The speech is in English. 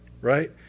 right